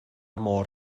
môr